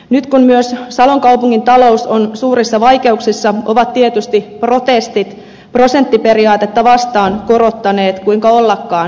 nyt kun myös salon kaupungin talous on suurissa vaikeuksissa ovat tietysti protestit prosenttiperiaatetta vastaan kuinka ollakaan korottaneet äänenpainojaan